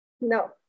No